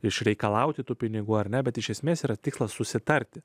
išreikalauti tų pinigų ar ne bet iš esmės yra tikslas susitarti